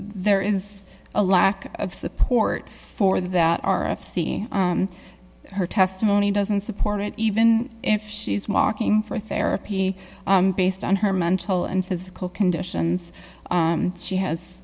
there is a lack of support for that r f c her testimony doesn't support it even if she's walking for therapy based on her mental and physical condition and she has